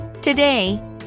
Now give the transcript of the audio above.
Today